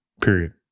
period